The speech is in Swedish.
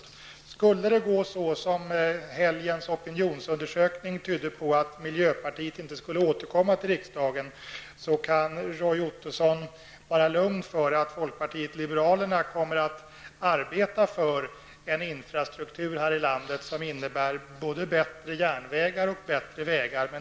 Om det skulle gå så som helgens opinionsundersökning tydde på och miljöpartiet inte återkommer till riksdagen, kan Roy Ottosson vara lugn för att folkpartiet liberalerna kommer att arbeta för en infrastruktur här i landet som innebär både bättre järnvägar och bättre vägar.